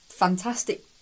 Fantastic